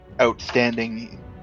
outstanding